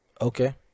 Okay